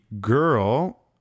girl